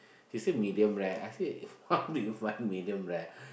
he said medium rare I said how do you find medium rare